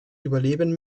überleben